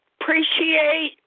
appreciate